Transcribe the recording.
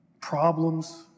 problems